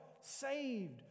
saved